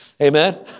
Amen